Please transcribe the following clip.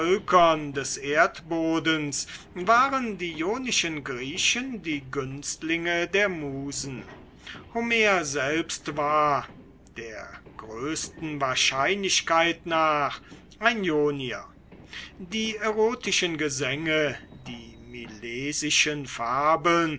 des erdbodens waren die ionischen griechen die günstlinge der musen homerus selbst war der größten wahrscheinlichkeit nach ein ionier die erotischen gesänge die milesischen fabeln